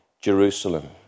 Jerusalem